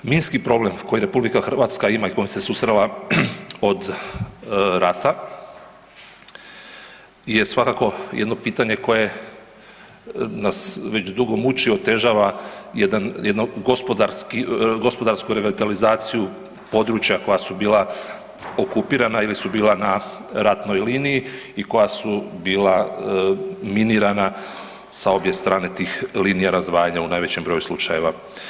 Minski problem koji RH ima i kojim se susrela od rata je svakako jedno pitanje koje nas već dugo muči i otežava jednu gospodarsku revitalizaciju područja koja su bila okupirana ili su bila na ratnoj liniji i koja su bila minirana sa obje strane tih linija razdvajanja u najvećem broju slučajeva.